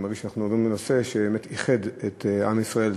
אני מרגיש שאנחנו עוברים לנושא שבאמת איחד את עם ישראל,